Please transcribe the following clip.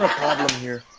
problem here?